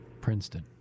Princeton